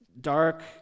dark